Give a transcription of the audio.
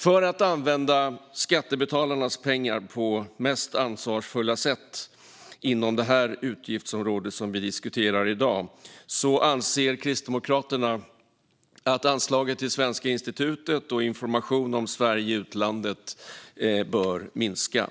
För att använda skattebetalarnas pengar på det mest ansvarsfulla sättet inom det utgiftsområde som vi diskuterar nu anser Kristdemokraterna att anslaget till Svenska institutet och information om Sverige i utlandet bör minska.